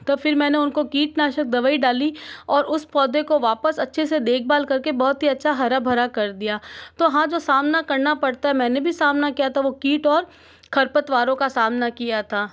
तो फिर मैंने उनको कीटनाशक दवाई डाली और उस पौधे को वापस अच्छे से देखभाल करके बहुत ही अच्छा हरा भरा कर दिया तो हाँ जो सामना करना पड़ता है मैंने भी सामना किया था वो कीट और खरपतवारों का सामना किया था